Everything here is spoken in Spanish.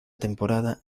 temporada